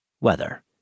weather